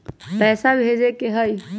पैसा भेजे के हाइ?